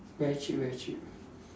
very cheap very cheap